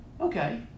Okay